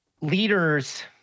leaders